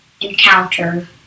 encounter